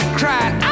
cried